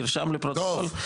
נרשם לפרוטוקול?